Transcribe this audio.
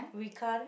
we can't